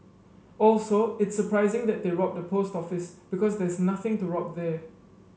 also it's surprising that they robbed a post office because there's nothing to rob there